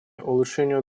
улучшению